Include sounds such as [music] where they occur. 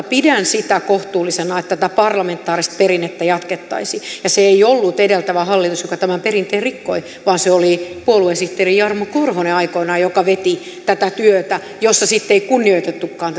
[unintelligible] pidän sitä kohtuullisena että tätä parlamentaarista perinnettä jatkettaisiin ja se ei ollut edeltävä hallitus joka tämän perinteen rikkoi vaan se oli puoluesihteeri jarmo korhonen aikoinaan joka veti tätä työtä jossa sitten ei kunnioitettukaan [unintelligible]